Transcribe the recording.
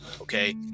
Okay